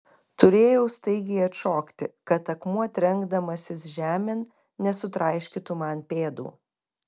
turėjau staigiai atšokti kad akmuo trenkdamasis žemėn nesutraiškytų man pėdų